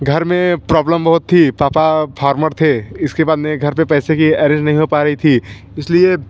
घर में प्रौब्लम बहुत थी पापा फार्मर थे इसके बाद में घर पर पैसे का एरेंज नहीं हो पा रहा था इस लिए